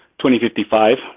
2055